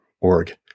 org